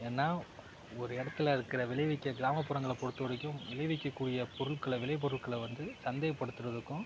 ஏன்னால் ஒரு இடத்துல இருக்குற விளைவிக்க கிராமப்புறங்களை பொறுத்தவரைக்கும் விளைவிக்கக்கூடிய பொருட்களை விளைப்பொருட்களை வந்து சந்தைப்படுத்துகிறதுக்கும்